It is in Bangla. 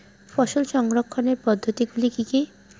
ফসল সংরক্ষণের পদ্ধতিগুলি কি কি?